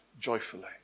Joyfully